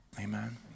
Amen